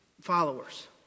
followers